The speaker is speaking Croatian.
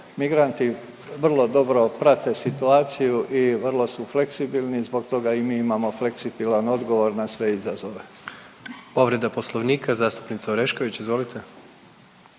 Migranti vrlo dobro prate situaciju i vrlo su fleksibilni, zbog toga i mi imamo fleksibilan odgovor na sve izazove. **Jandroković, Gordan (HDZ)** Povreda poslovnika zastupnica Orešković, izvolite.